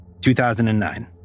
2009